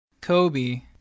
Kobe